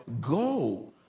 Go